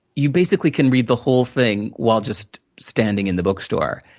you basically can read the whole thing while just standing in the bookstore.